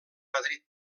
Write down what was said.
madrid